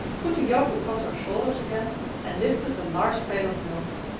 put the yoke across her shoulders again and lifted the large pail of milk.